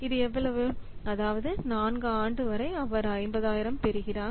இது எவ்வளவு அதாவது 4 வது ஆண்டு வரை அவர் 50000 பெறுகிறார்